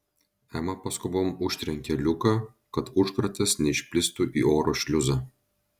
ema paskubom užtrenkė liuką kad užkratas neišplistų į oro šliuzą